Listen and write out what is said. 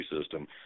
system